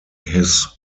his